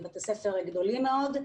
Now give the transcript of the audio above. בתי ספר גדולים מאוד.